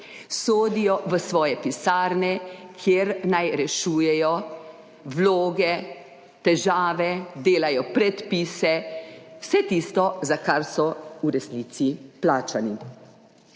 sodijo v svoje pisarne, kjer naj rešujejo vloge, težave, delajo predpise, vse tisto, za kar so v resnici plačani.